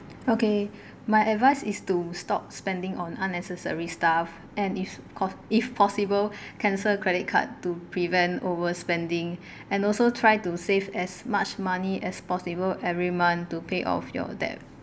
okay my advice is to stop spending on unnecessary stuff and if if possible cancel credit card to prevent overspending and also try to save as much money as possible every month to pay off your debt